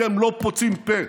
אתם לא פוצים פה,